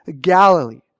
Galilee